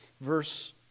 Verse